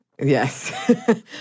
Yes